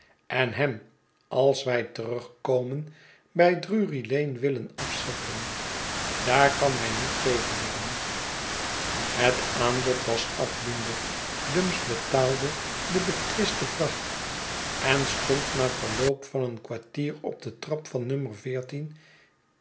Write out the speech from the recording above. en hem als wij terugkomen bij drury lane willen afzetten daar kan hij niet tegen hebben het aanbod was afdoende dumps betaalde de betwiste vracht en stond na verloop van een kwartier op de trap van